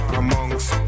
amongst